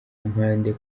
mpande